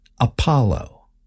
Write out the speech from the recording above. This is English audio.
Apollo